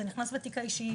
אז זה נכנס לתיק האישי,